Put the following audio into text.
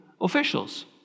officials